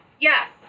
Yes